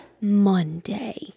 Monday